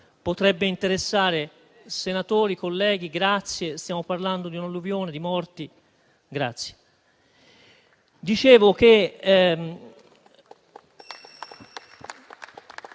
potrebbe interessare: senatori, colleghi, grazie; stiamo parlando di un'alluvione e di morti.